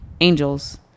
angels